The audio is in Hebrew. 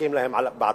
שמשחקים להם בעצבים.